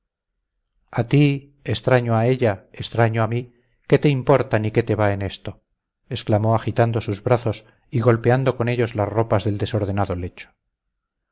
a ti extraño a ella extraño a mí qué te importa ni qué te va en esto exclamó agitando sus brazos y golpeando con ellos las ropas del desordenado lecho